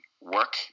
work